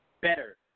better